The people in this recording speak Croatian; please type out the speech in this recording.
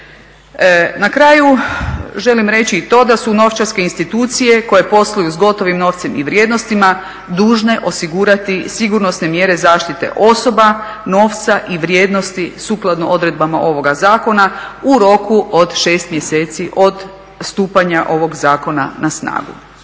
Na kraju želim reći i to da su novčarske institucije koje posluju s gotovim novcem i vrijednostima dužne osigurati sigurnosne mjere zaštite osoba, novca i vrijednosti sukladno odredbama ovoga zakona u roku od 6 mjeseci od stupanja ovog zakona na snagu.